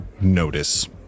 notice